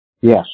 Yes